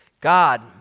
God